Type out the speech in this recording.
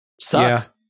Sucks